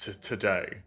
today